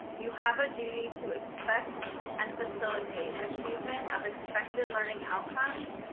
you have a duty to expect and facilitate achievement of expected learning outcomes,